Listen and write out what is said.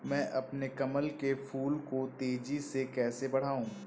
मैं अपने कमल के फूल को तेजी से कैसे बढाऊं?